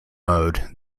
mode